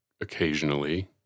occasionally